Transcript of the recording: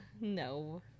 No